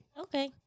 okay